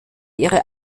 ihre